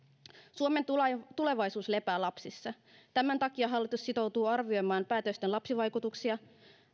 suomen tulevaisuus lepää lapsissa tämän takia hallitus sitoutuu arvioimaan päätösten lapsivaikutuksia